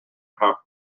how